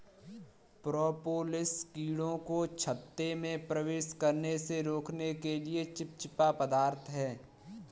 propolis कीड़ों को छत्ते में प्रवेश करने से रोकने के लिए चिपचिपा पदार्थ है